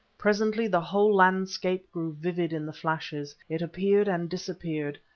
presently the whole landscape grew vivid in the flashes, it appeared and disappeared,